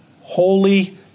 holy